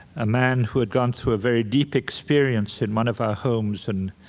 a man who had gone through a very deep experience in one of our homes and